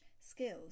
skills